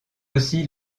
aussi